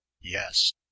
yes